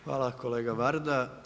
Hvala kolega Varda.